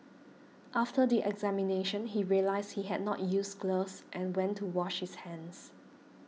after the examination he realised he had not used gloves and went to wash his hands